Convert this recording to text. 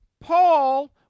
Paul